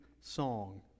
song